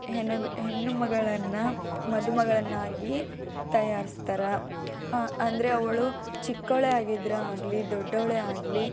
ಹೆಣ್ಣು ಮಗಳನ್ನು ಮದುಮಗಳನ್ನಾಗಿ ತಯಾರ್ಸ್ತಾರೆ ಅಂದರೆ ಅವಳು ಚಿಕ್ಕವಳೆ ಆಗಿದ್ದರು ಆಗಲಿ ದೊಡ್ಡವಳೆ ಆಗಲಿ